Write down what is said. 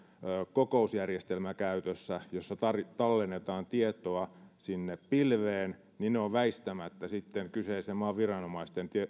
kokousjärjestelmä jossa tallennetaan tietoa sinne pilveen niin ne ovat väistämättä sitten kyseisen maan viranomaisten